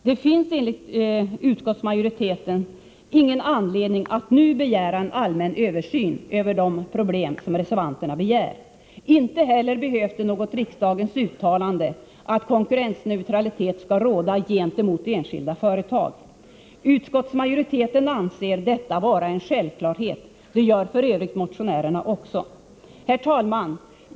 Det finns enligt utskottsmajoriteten ingen anledning att nu begära en allmän översyn av de problem som reservanterna tar upp. Inte heller behövs det något riksdagens uttalande om att konkurrentneutralitet skall råda gentemot enskilda företag. Utskottsmajoriteten anser detta vara en självklarhet. Det gör f. ö. motionärerna också. Herr talman!